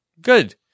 good